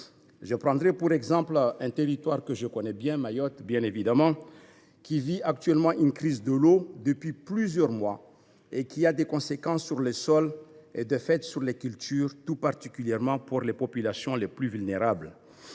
Je prendrai pour exemple un territoire que je connais bien, Mayotte, qui vit une crise de l’eau depuis plusieurs mois, ce qui a des conséquences sur les sols et, de fait, sur les cultures, tout particulièrement pour les populations les plus vulnérables.